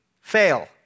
fail